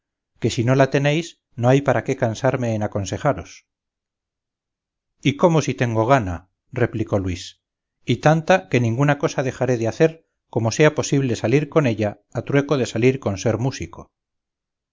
que si no la tenéis no hay para qué cansarme en aconsejaros y cómo si tengo gana replicó luis y tanta que ninguna cosa dejaré de hacer como sea posible salir con ella a trueco de salir con ser músico